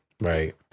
right